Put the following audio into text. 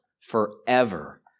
forever